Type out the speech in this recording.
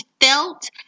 felt